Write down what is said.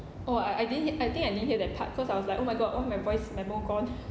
oh I I didn't hear I think I didn't hear that part cause I was like oh my god oh my voice memo gone